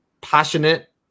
passionate